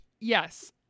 Yes